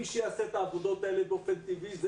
מי שיעשה את העבודות האלה באופן טבעי זה